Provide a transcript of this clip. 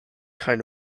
kind